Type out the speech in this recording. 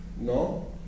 No